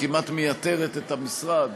כמעט מייתרת את המשרד,